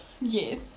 yes